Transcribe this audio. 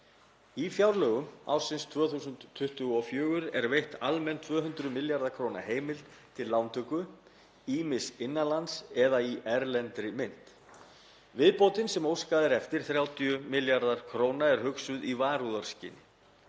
Í fjárlögum ársins 2024 er veitt almenn 200 milljarða kr. heimild til lántöku, ýmist innan lands eða í erlendri mynt. Viðbótin sem óskað er eftir, 30 milljarðar kr., er hugsuð í varúðarskyni.